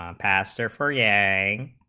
um pastor for yeah a